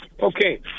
okay